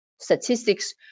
Statistics